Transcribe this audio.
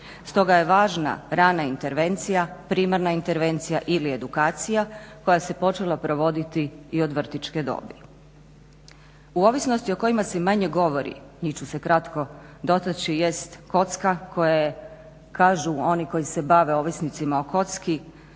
stoga je važna rana intervencija, primarna intervencija ili edukacija koja se počela provoditi i od vrtićke dobi. U ovisnosti o kojima se manje govori, njih ću se kratko dotaći, jest kocka koja je, kažu oni koji se bave ovisnicima o kocki,